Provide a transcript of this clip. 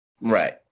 Right